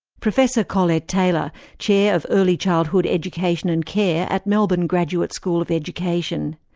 professor collette tayler, chair of early childhood education and care at melbourne graduate school of education.